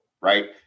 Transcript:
right